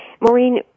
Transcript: Maureen